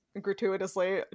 gratuitously